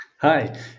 Hi